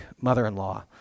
mother-in-law